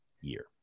year